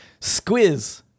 Squiz